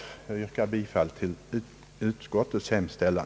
Jag yrkar bifall till utskottets hemställan.